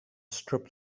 strip